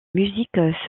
musique